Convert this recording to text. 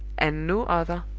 and no other,